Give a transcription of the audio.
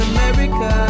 America